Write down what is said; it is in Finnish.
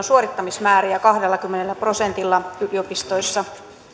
suorittamismääriä kahdellakymmenellä prosentilla yliopistoissa